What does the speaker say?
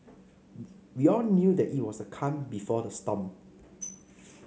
we all knew that it was the calm before the storm